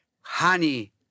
honey